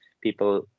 people